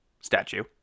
statue